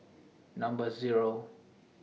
Number Zero